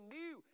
new